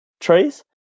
trees